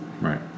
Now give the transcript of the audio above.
Right